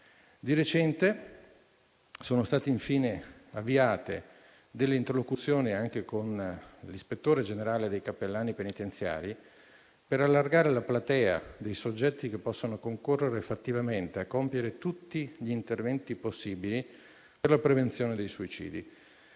Di recente sono state infine avviate delle interlocuzioni, anche con l'ispettore generale dei cappellani penitenziari, per allargare la platea dei soggetti che possono concorrere fattivamente a compiere tutti gli interventi possibili per la prevenzione dei suicidi,